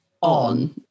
on